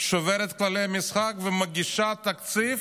שוברת כללי משחק ומגישה תקציב